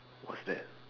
what's that